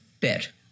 bet